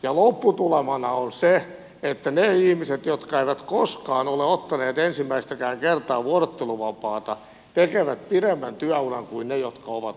ja lopputulemana on se että ne ihmiset jotka eivät koskaan ole ottaneet ensimmäistäkään kertaa vuorotteluvapaata tekevät pidemmän työuran kuin ne jotka ovat ottaneet